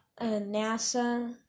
NASA